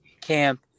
camp